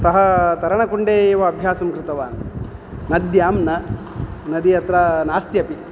सः तरणकुण्डे एव अभ्यासं कृतवान् नद्यां न नदी अत्र नास्त्यपि